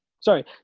sorry